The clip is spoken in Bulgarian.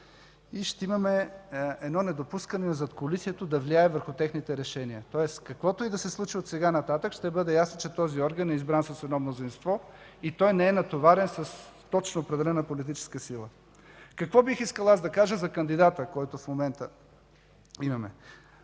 и ще имаме едно недопускане задкулисието да влияе върху техните решения. Тоест, каквото и да се случи отсега нататък, ще бъде ясно, че този орган е избран с едно мнозинство и той не е натоварен с точно определена политическа сила. Какво бих искал аз да кажа за кандидата, който имаме